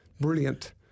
brilliant